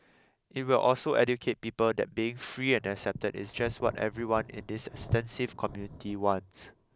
it will also educate people that being free and accepted is just what everyone in this extensive community wants